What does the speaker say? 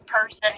person